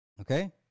Okay